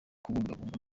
kubungabunga